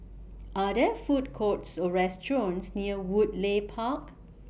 Are There Food Courts Or restaurants near Woodleigh Park